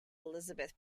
elizabeth